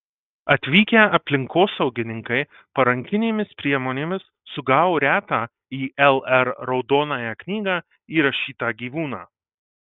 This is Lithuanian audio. atvykę aplinkosaugininkai parankinėmis priemonėmis sugavo retą į lr raudonąją knygą įrašytą gyvūną